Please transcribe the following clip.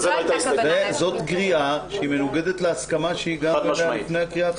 זאת גריעה שמנוגדת להסכמה שהגענו אליה לפני הקריאה הטרומית.